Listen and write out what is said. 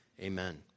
Amen